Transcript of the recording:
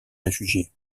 réfugiés